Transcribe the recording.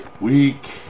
week